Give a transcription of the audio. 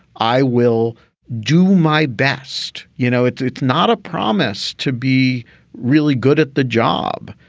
i will do my best. you know, it's it's not a promise to be really good at the job.